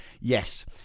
yes